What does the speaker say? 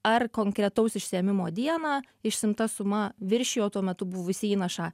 ar konkretaus išsiėmimo dieną išsiimta suma viršijo tuo metu buvusį įnašą